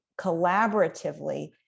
collaboratively